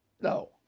No